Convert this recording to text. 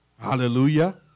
Hallelujah